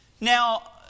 Now